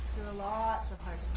lots of hard